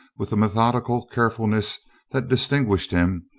with the methodical carefulness that distinguished him,